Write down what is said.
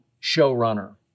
showrunner